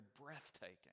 breathtaking